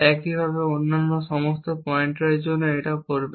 একইভাবে অন্যান্য সমস্ত পয়েন্টারের জন্য এটা করব